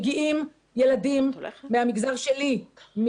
מגיעים ילדים מהמגזר שלי,